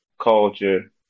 Culture